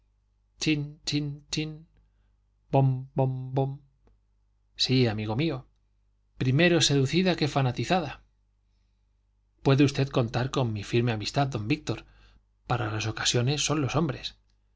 amigo mío primero seducida que fanatizada puede usted contar con mi firme amistad don víctor para las ocasiones son los hombres